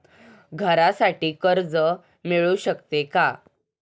घरासाठी कर्ज मिळू शकते का?